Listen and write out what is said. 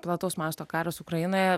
plataus masto karas ukrainoje